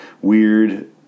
Weird